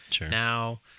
Now